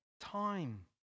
time